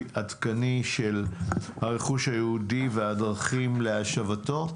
עדכני של הרכוש היהודי והדרכים להשבתו.